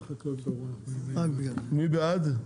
מי בעד?